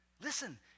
Listen